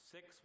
Six